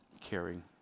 caring